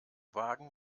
wagen